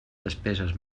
despeses